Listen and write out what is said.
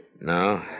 No